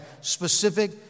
specific